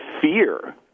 fear